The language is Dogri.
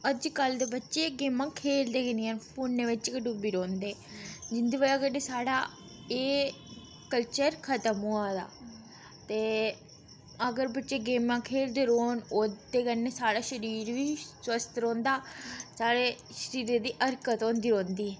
अज्जकल दे बच्चे गेमां खेलदे गै नी हैन फोनै बिच्च गै डुब्बे रौंह्दे जिंदी बजह् कन्नै साढ़ा एह् कल्चर खतम होआ दा ते अगर बच्चे गेमां खेलदे रौह्न ओह्दे कन्नै साढ़ा शरीर बी स्वस्थ रौंह्दा साढ़े शरीरै दी हरकत होंदी रौंह्दी